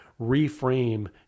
reframe